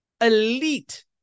elite